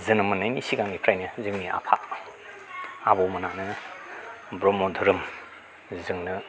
जोनोम मोननायनि सिगांनिफ्रायनो जोंनि आफा आबौमोनहानो ब्रह्म धोरोमजोंनो